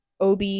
OB